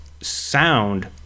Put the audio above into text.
sound